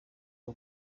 w’u